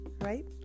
right